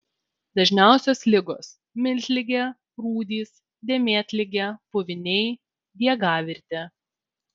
dažniausios ligos miltligė rūdys dėmėtligė puviniai diegavirtė